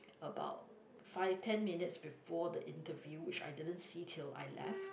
about five ten minutes before the interview which I didn't see till I left